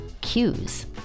cues